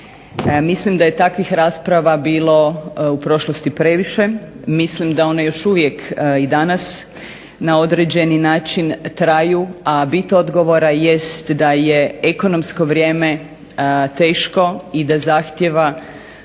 Mislim da je takvih rasprava bilo u prošlosti previše. Mislim da one još uvijek i danas na određeni način traju, a bit odgovora jest da je ekonomsko vrijeme teško i da zahtijeva